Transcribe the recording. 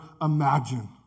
imagine